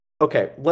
Okay